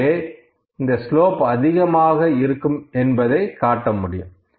எனவே இந்த ஸ்லோப் அதிகமாக இருக்கும் என்பதை காட்ட முடியும்